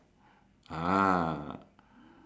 ah